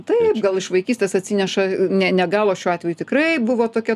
taip gal iš vaikystės atsineša ne ne gal o šiuo atveju tikrai buvo tokia